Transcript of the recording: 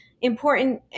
important